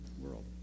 world